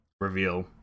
reveal